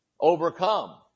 overcome